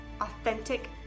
authentic